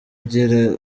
agira